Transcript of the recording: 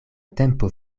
tempo